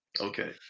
okay